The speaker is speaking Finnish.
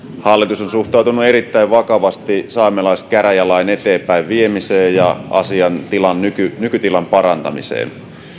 hallitus on suhtautunut erittäin vakavasti saamelaiskäräjälain eteenpäinviemiseen ja asian nykytilan parantamiseen